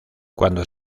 cuando